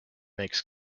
makes